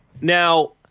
now